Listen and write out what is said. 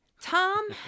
Tom